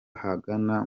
ahagana